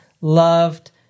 loved